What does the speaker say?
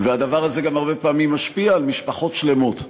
והדבר הזה גם הרבה פעמים משפיע גם על משפחות שלמות.